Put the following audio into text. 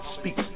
speaks